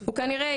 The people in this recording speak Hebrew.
כנראה,